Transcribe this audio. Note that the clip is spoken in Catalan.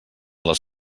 les